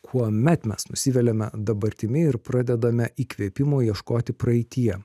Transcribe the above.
kuomet mes nusiveliame dabartimi ir pradedame įkvėpimo ieškoti praeityje